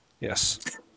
Yes